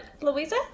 louisa